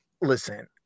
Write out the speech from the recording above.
listen